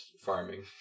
farming